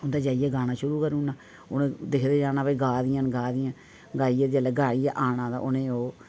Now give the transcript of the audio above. उं'दे जाइयै गाना शुरू करी ओड़ना उ'नें दिक्खदे जाना की गाऽ दियां न गाऽ दियां न गाइयै जेल्लै उ'नें आना ते ओह्